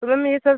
तो मैम यह सब